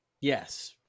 Yes